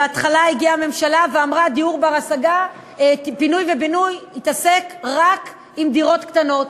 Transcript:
בהתחלה הגיעה הממשלה ואמרה: פינוי ובינוי יתעסק רק עם דירות קטנות.